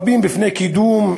רבים בפני קידום,